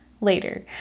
later